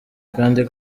kandi